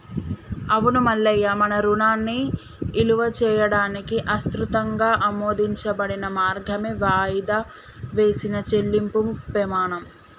అవును మల్లయ్య మన రుణాన్ని ఇలువ చేయడానికి ఇసృతంగా ఆమోదించబడిన మార్గమే వాయిదా వేసిన చెల్లింపుము పెమాణం